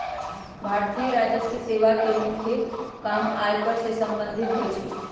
भारतीय राजस्व सेवा के मुख्य काम आयकर से संबंधित होइ छइ